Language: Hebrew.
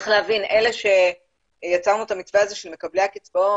יצרנו את המתווה הזה של מקבלי הקצבאות,